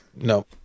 no